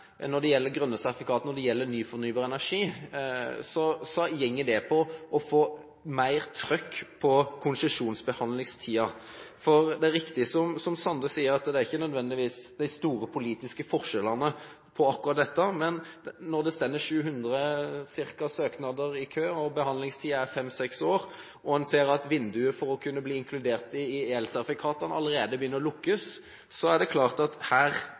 når det gjelder grønne sertifikater og ny fornybar energi, går på å få mer «trøkk» på konsesjonsbehandlingstiden. For det er riktig som Sande sier, at det ikke nødvendigvis er de store politiske forskjellene akkurat her. Men når det står ca. 700 søknader i kø, behandlingstiden er fem–seks år, og en ser at vinduet for å kunne bli inkludert i elsertifikatene allerede begynner å lukkes, er det klart at man her